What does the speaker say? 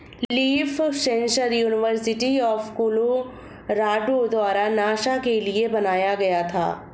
leaf sensor university of Colorado द्वारा NASA के लिए बनाया गया था